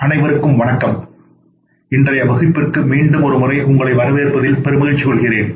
அனைவருக்கும் வணக்கம் இன்றைய வகுப்பிற்கு மீண்டும் ஒரு முறை உங்களை வரவேற்பதில் பெரு மகிழ்ச்சி கொள்கிறேன்